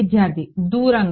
విద్యార్థి దూరంగా